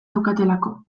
daukatelako